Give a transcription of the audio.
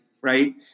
right